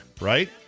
right